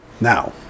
Now